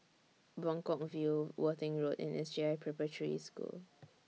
Buangkok View Worthing Road and S J I Preparatory School